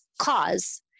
cause